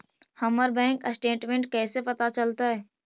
हमर bank statement कैसे पता चलतै?